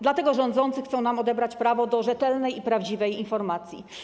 Dlatego rządzący chcą nam odebrać prawo do rzetelnej i prawdziwej informacji.